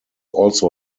also